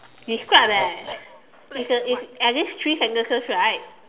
describe leh it's uh it's at least three sentences right